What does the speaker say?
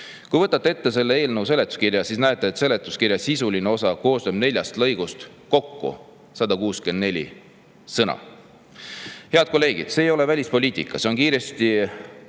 Kui võtate ette selle eelnõu seletuskirja, siis näete, et seletuskirja sisuline osa koosneb neljast lõigust, kokku 164 sõnast. Head kolleegid, see ei ole välispoliitika. See on kiiresti